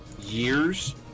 years